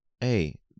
Hey